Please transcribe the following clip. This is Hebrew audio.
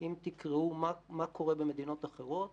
אם תקראו מה קורה במדינות אחרות